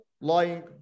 lying